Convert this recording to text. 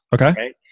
Okay